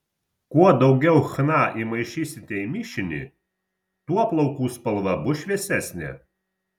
kuo daugiau chna įmaišysite į mišinį tuo plaukų spalva bus šviesesnė